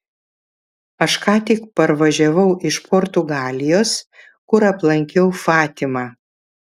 aš ką tik parvažiavau iš portugalijos kur aplankiau fatimą